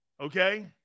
okay